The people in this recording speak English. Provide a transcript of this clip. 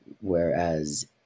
whereas